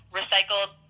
recycled